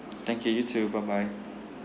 thank you you too bye bye